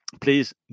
Please